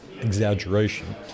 exaggeration